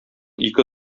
ике